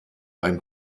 ein